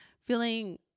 feeling